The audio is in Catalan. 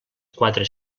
quatre